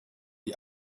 die